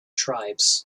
tribes